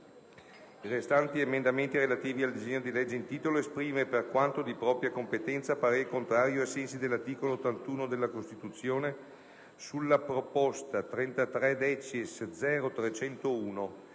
i restanti emendamenti relativi al disegno di legge in titolo, esprime, per quanto di propria competenza, parere contrario, ai sensi dell'articolo 81 della Costituzione, sulla proposta